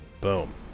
Boom